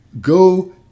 go